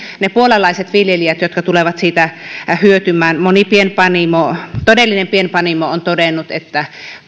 ne puolalaiset viljelijät jotka tulevat siitä hyötymään moni todellinen pienpanimo on todennut että